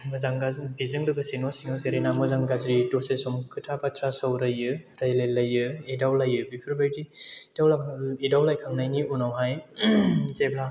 बिजों लोगोसे न' सिङाव जिरायना मोजां गाज्रि दसे सम खोथा बाथ्रा सावरायो रायज्लायलायो एदावलयो बेफोरबायदि एदावलायखांनायनि उनावहाय जेब्ला